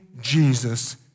Jesus